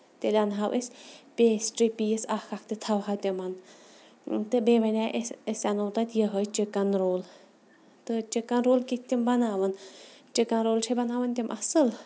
تیٚلہِ اَنہوے أسۍ پیسٹری پیٖس اکھ اکھ تہٕ تھاوہو تِمن تہٕ بیٚیہِ وَنیو اَسہِ أسۍ اَنہوے تَتہِ یِہوے چِکن رول تہٕ چِکن رول کِتھ تِم بَناون چِکن رول چھے بَناون تِم اَصٕل